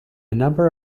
number